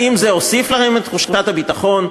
האם זה הוסיף להם לתחושת הביטחון?